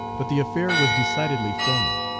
but the affair was decidedly formal.